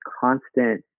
constant